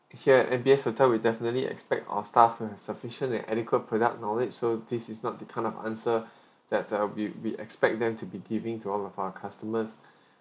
here M B S hotel we definitely expect our staff with sufficient and adequate product knowledge so this is not the kind of answer that uh we we expect them to be giving to all of our customers